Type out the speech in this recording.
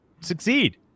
succeed